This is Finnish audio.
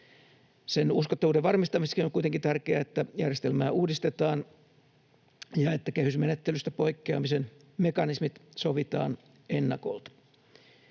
Sen uskottavuuden varmistamiseksi on kuitenkin tärkeää, että järjestelmää uudistetaan ja että kehysmenettelystä poikkeamisen mekanismit sovitaan ennakolta.